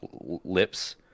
lips